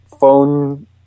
phone